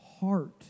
heart